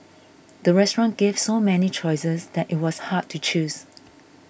the restaurant gave so many choices that it was hard to choose